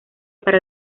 para